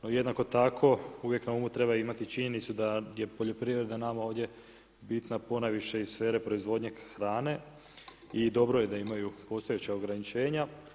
No jednako tako, uvijek na umu treba imati činjenicu da je poljoprivreda nama ovdje bitna ponajviše iz sfere proizvodnje hrane i dobro je da imaju postojeća ograničenja.